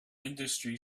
industry